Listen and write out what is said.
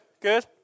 good